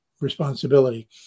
Responsibility